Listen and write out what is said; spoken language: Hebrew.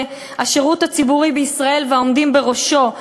השירות הציבורי בישראל והעומדים בראשו,